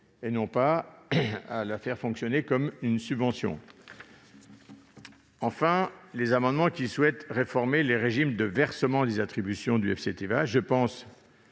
et non de la faire fonctionner comme une subvention. Enfin, des amendements ont pour objet de réformer les régimes de versement des attributions du FCTVA. L'existence